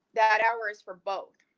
that hour is for both.